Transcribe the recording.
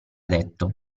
detto